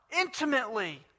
intimately